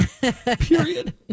period